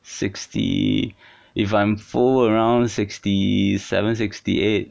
sixty if I'm full around sixty seven sixty eight